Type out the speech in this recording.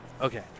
Okay